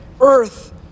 earth